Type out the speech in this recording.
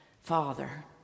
Father